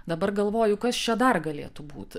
dabar galvoju kas čia dar galėtų būti